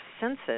senses